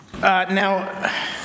now